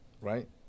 right